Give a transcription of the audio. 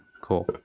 Cool